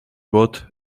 bod